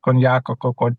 konjako ko ko